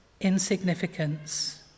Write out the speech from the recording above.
insignificance